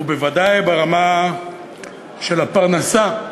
ובוודאי ברמה של הפרנסה.